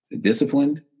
disciplined